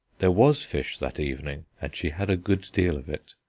there was fish that evening, and she had a good deal of it.